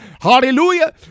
hallelujah